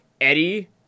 Eddie